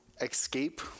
Escape